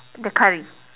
the curry